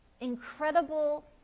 incredible